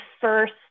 first